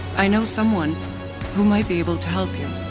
i know someone who might be able to help you.